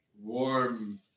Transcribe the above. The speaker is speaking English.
warm